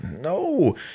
no